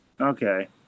Okay